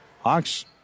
Hawks